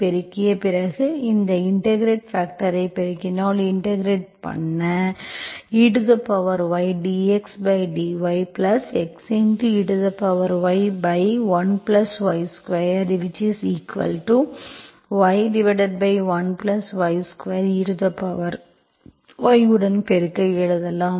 பெருக்கிய பிறகு இந்த இன்டெகிரெட்பாக்டர்ஐ பெருக்கினால் இன்டெகிரெட் பண்ண ey dxdyx ey 1 y2y 1y2ey உடன் பெருக்க எழுதலாம்